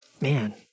man